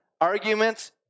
Arguments